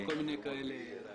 כל מיני הקלות.